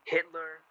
Hitler